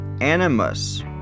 animus